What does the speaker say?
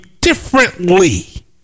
differently